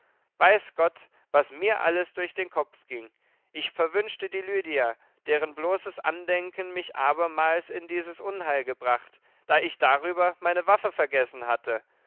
weiß gott was mir alles durch den kopf ging ich verwünschte die lydia deren bloßes andenken mich abermals in dieses unheil gebracht da ich darüber meine waffe vergessen hatte